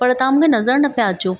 पर तव्हां मूंखे नज़रु न पिया अचो